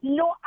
no